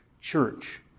church